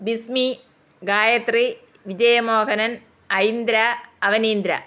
Bismi Gayathri Vijayamohanan Aindra Avaneendra